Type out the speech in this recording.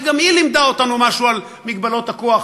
וגם היא לימדה אותנו משהו על מגבלות הכוח,